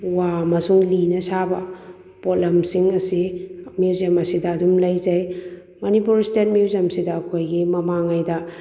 ꯋꯥ ꯑꯃꯁꯨꯡ ꯂꯤꯅ ꯁꯥꯕ ꯄꯣꯠꯂꯝꯁꯤꯡ ꯑꯁꯤ ꯃ꯭ꯌꯨꯖꯝ ꯑꯁꯤꯗ ꯑꯗꯨꯝ ꯂꯩꯖꯩ ꯃꯅꯤꯄꯨꯔ ꯏꯁꯇꯦꯠ ꯃꯤꯎꯖꯤꯌꯝꯁꯤꯗ ꯑꯩꯈꯣꯏꯒꯤ ꯃꯃꯥꯡꯉꯩꯗ